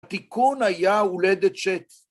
‫התיקון היה הולדת שץ.